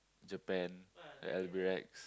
Japan the Albirex